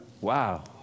Wow